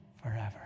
forever